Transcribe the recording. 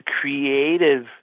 creative